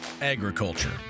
agriculture